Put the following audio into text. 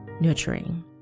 nurturing